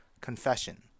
Confession